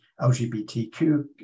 LGBTQ